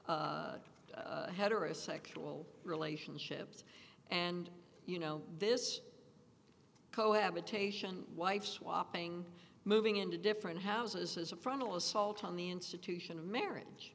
to heterosexual relationships and you know this cohabitation wife swapping moving into different houses is a frontal assault on the institution of marriage